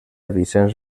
vicenç